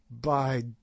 By